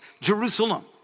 Jerusalem